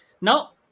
Now